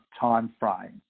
timeframe